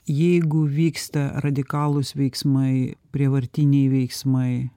jeigu vyksta radikalūs veiksmai prievartiniai veiksmai